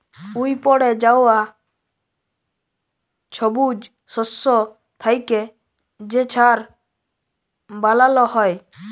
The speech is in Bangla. উইপড়ে যাউয়া ছবুজ শস্য থ্যাইকে যে ছার বালাল হ্যয়